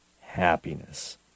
happiness